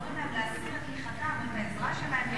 אומרים להם להסיר את תמיכתם ואת העזרה שלהם,